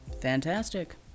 Fantastic